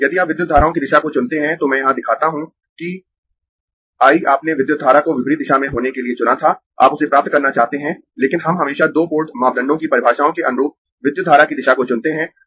यदि आप विद्युत धाराओं की दिशा को चुनते है तो मैं यहां दिखाता हूं कि I आपने विद्युत धारा को विपरीत दिशा में होने के लिए चुना था आप उसे प्राप्त करना चाहते है लेकिन हम हमेशा दो पोर्ट मापदंड की परिभाषाओं के अनुरूप विद्युत धारा की दिशा को चुनते है